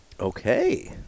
Okay